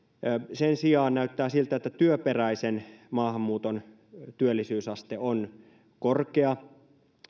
sen sijaan näyttää siltä että työperäisen maahanmuuton työllisyysaste on korkea